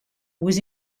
was